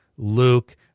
Luke